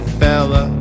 fella